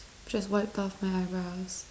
just wiped off my eyebrows